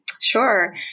Sure